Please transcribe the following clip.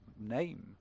name